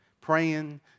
praying